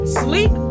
sleep